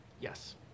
Yes